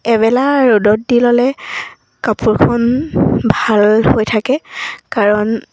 এবেলা ৰ'দত দি ল'লে কাপোৰখন ভাল হৈ থাকে কাৰণ